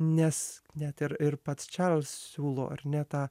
nes net ir ir pats čarls siūlo ar ne tą